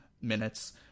minutes